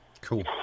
Cool